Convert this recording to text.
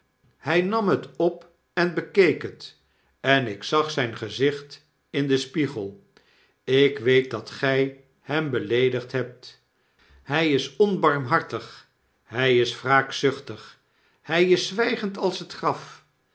hij nam het op en bekeek het en ik zag zijn gezicht in den spiegel ik weet dat gij hem beleedigd hebt hij is onbarmhartig hij is wraakzuchtig hij is zwijgend als het graf